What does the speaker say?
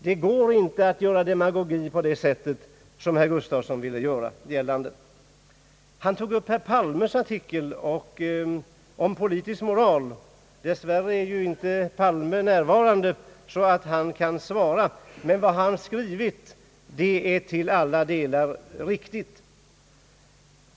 Det går inte att göra demagogi på det sätt som herr Gustafsson vill. Han tog upp herr Palmes artikel om politisk moral. Dess värre är inte herr Palme närvarande så att han kar svara, men vad han skrivit är till alla delar riktigt.